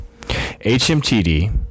HMTD